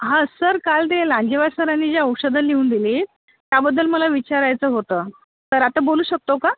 हां सर काल ते लांजेवाड सरांनी जे औषधं लिहून दिली त्याबद्दल मला विचारायचं होतं तर आता बोलू शकतो का